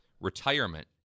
retirement